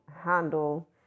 handle